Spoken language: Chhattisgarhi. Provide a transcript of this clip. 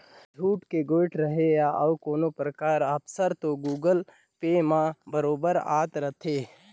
छुट के गोयठ रहें या अउ कोनो परकार आफर हो गुगल पे म बरोबर आते रथे